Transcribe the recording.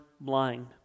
blind